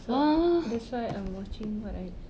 so that's why I'm watching what I